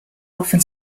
often